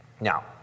Now